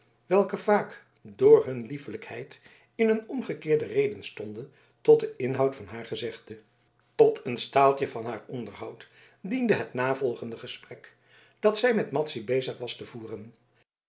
welke vaak door hun liefelijkheid in een omgekeerde reden stonden tot den inhoud van haar gezegde tot een staaltje van haar onderhoud diene het navolgende gesprek dat zij met madzy bezig was te voeren